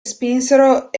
spinsero